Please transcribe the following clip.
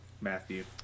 Matthew